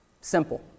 Simple